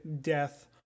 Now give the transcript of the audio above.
death